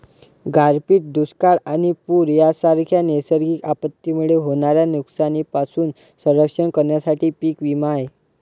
गारपीट, दुष्काळ आणि पूर यांसारख्या नैसर्गिक आपत्तींमुळे होणाऱ्या नुकसानीपासून संरक्षण करण्यासाठी पीक विमा आहे